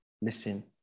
listen